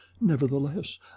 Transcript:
Nevertheless